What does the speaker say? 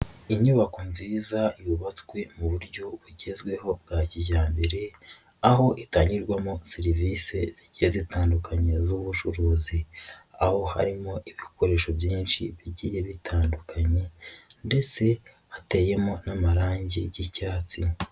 Inyubako nziza yubatswe mu buryo bugezweho bwa kijyambere aho itangirwamo serivise zigiye zitandukanye z'ubucuruzi, aho harimo ibikoresho byinshi bigiye bitandukanye ndetse hateyemo n'amarange y'icyatsi.